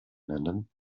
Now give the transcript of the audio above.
nennen